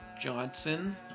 Johnson